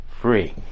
free